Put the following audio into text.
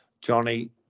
Johnny